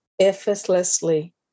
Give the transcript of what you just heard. effortlessly